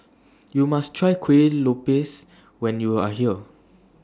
YOU must Try Kuih Lopes when YOU Are here